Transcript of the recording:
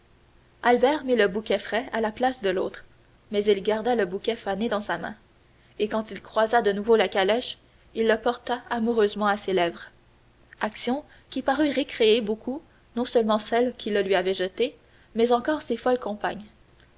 albert mit le bouquet frais à la place de l'autre mais il garda le bouquet fané dans sa main et quand il croisa de nouveau la calèche il le porta amoureusement à ses lèvres action qui parut récréer beaucoup non seulement celle qui le lui avait jeté mais encore ses folles compagnes